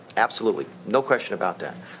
absolutely, no question about that.